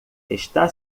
está